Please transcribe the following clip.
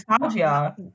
nostalgia